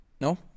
no